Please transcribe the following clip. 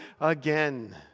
again